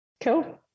Cool